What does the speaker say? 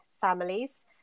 families